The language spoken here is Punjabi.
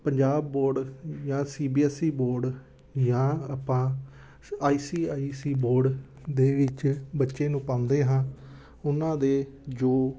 ਪੰਜਾਬ ਬੋਰਡ ਜਾਂ C B S E board ਜਾਂ ਆਪਾਂ I C I C board ਦੇ ਵਿੱਚ ਬੱਚੇ ਨੂੰ ਪਾਉਂਦੇ ਹਾਂ ਉਹਨਾਂ ਦੇ ਜੋ